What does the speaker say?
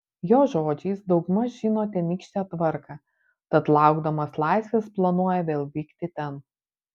jo žodžiais daugmaž žino tenykštę tvarką tad laukdamas laisvės planuoja vėl vykti ten